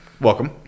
welcome